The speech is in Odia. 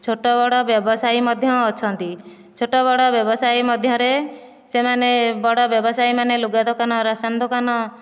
ଛୋଟ ବଡ଼ ବ୍ୟବସାୟୀ ମଧ୍ୟ ଅଛନ୍ତି ଛୋଟ ବଡ଼ ବ୍ୟବସାୟୀ ମଧ୍ୟରେ ସେମାନେ ବଡ଼ ବ୍ୟବସାୟୀମାନେ ଲୁଗା ଦୋକାନ ରାସନ ଦୋକାନ